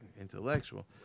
intellectual